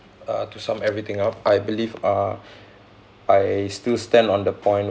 uh to sum everything up I believe uh I still stand on the point